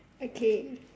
okay